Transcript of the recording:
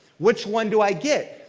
which one do i get?